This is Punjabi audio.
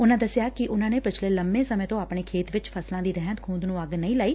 ਉਨਾਂ ਦੱਸਿਆ ਕਿ ਉਨੂਾਂ ਨੇ ਪਿਛਲੇ ਲੰਮੇਂ ਸਮੇਂ ਤੋ ਆਪਣੇ ਖੇਤ ਵਿੱਚ ਫਸਲਾਂ ਦੀ ਰਹਿੰਦ ਖੁੰਹਦ ਨੂੰ ਅੱਗ ਨਹੀ ਲਗਾਈ